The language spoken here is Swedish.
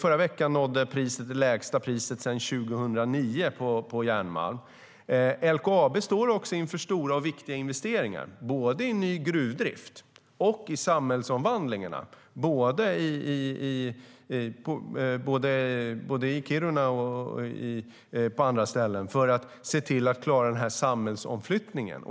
Förra veckan nådde priset på järnmalm den lägsta nivån sedan 2009.LKAB står inför stora och viktiga investeringar, både i ny gruvdrift och i samhällsomvandling i Kiruna och på andra ställen, för att klara samhällsomflyttningen.